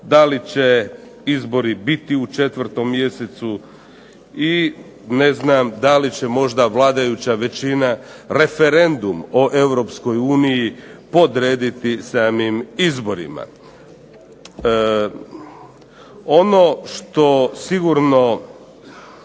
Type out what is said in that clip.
da li će izbori biti u 4. mjesecu i ne znam da li će možda vladajuća većina referendum o Europskoj uniji podrediti samim izborima. Ono što sigurno